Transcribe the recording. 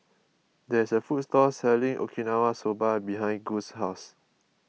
there is a food court selling Okinawa Soba behind Gus' house